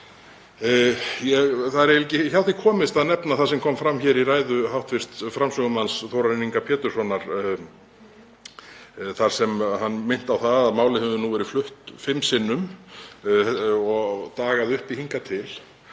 Það verður ekki hjá því komist að nefna það sem kom fram í ræðu hv. framsögumanns, Þórarins Inga Péturssonar, þar sem hann minnti á að málið hefði verið flutt fimm sinnum og dagaði uppi hingað til